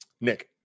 nick